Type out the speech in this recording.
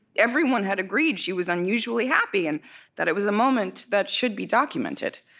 everyone had agreed she was unusually happy and that it was a moment that should be documented